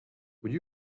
would